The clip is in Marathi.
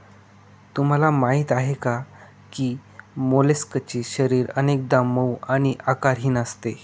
तुम्हाला माहीत आहे का की मोलस्कचे शरीर अनेकदा मऊ आणि आकारहीन असते